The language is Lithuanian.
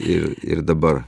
ir ir dabar